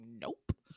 Nope